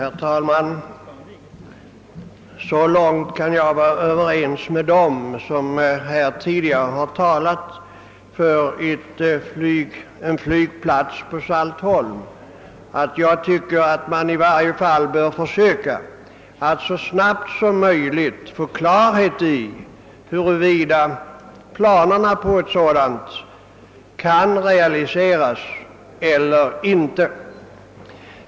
Herr talman! Så långt kan jag vara överens med dem som tidigare talat för en flygplats på Saltholm, att jag tycker att man i varje fall bör försöka att så snabbt som möjligt få klarhet i frågan, huruvida planerna på en sådan kan realiseras eller inte.